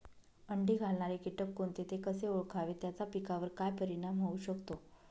अंडी घालणारे किटक कोणते, ते कसे ओळखावे त्याचा पिकावर काय परिणाम होऊ शकतो?